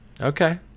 Okay